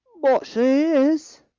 but she is,